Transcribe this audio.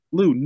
Lou